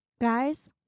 Guys